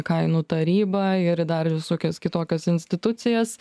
kainų tarybą ir dar visokias kitokias institucijas